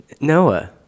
Noah